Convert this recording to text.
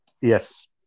Yes